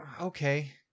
Okay